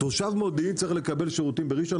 תושב מודיעין צריך לקבל שירותים בראשון?